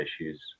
issues